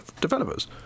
developers